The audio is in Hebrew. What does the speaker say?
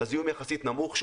הזיהום יחסית נמוך.